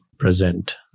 present